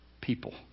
people